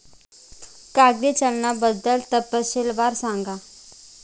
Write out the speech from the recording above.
कागदी चलनाबद्दल तपशीलवार सांगा